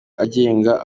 agenga